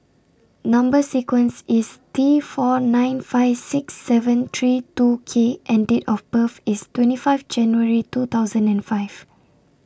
Number sequence IS T four nine five six seven three two K and Date of birth IS twenty five January two thousand and five